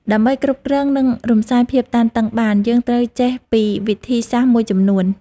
ដើម្បីគ្រប់គ្រង និងរំសាយភាពតានតឹងបាន យើងត្រូវចេះពីវិធីសាស្ត្រមួយចំនួន។